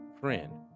friend